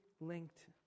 linked